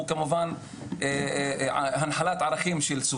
זה היה נראה לי אך טבעי שנעבור לשלב